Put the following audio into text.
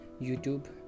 YouTube